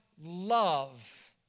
love